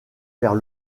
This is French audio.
vers